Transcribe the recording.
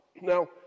Now